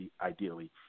ideally